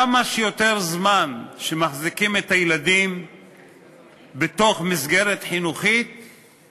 ככל שמחזיקים את הילדים בתוך מסגרת חינוכית יותר זמן,